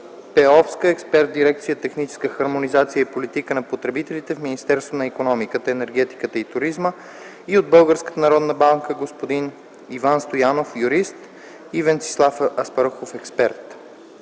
Пеовска – експерт в дирекция „Техническа хармонизация и политика на потребителите” в Министерството на икономиката, енергетиката и туризма, и от Българска народна банка: Иван Стоянов – юрист, и Венцислав Аспарухов – експерт.